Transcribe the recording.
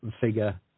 figure